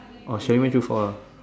or shall we do for her